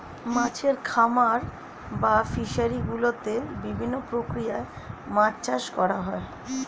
মাছের খামার বা ফিশারি গুলোতে বিভিন্ন প্রক্রিয়ায় মাছ চাষ করা হয়